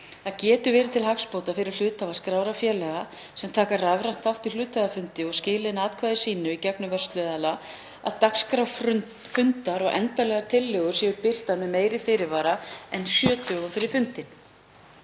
Það getur verið til hagsbóta fyrir hluthafa skráðra félaga, sem taka rafrænt þátt í hluthafafundi og skila inn atkvæði sínu í gegnum vörsluaðila, að dagskrá fundar og endanlegar tillögur séu birtar með meiri fyrirvara en sjö dögum fyrir fundinn.